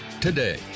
today